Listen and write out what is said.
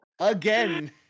Again